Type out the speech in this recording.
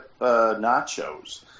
nachos